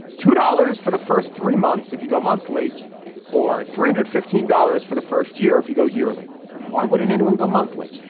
two dollars for the first three months. if you go monthly or three hundred and fifteen dollars for the first year, if you go yearly, why wouldn't anyone go monthly?